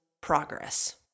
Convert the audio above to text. progress